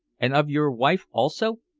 and of your wife also?